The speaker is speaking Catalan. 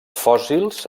fòssils